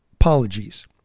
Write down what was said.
Apologies